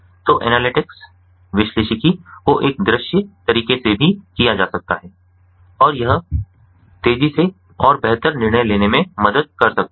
तो एनालिटिक्स विश्लेषिकी को एक दृश्य तरीके से भी किया जा सकता है और यह तेजी से और बेहतर निर्णय लेने में मदद कर सकता है